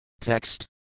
Text